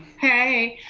hey,